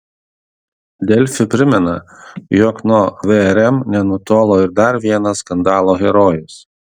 delfi primena jog nuo vrm nenutolo ir dar vienas skandalo herojus